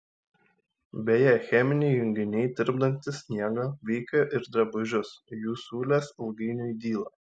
beje cheminiai junginiai tirpdantys sniegą veikia ir drabužius jų siūlės ilgainiui dyla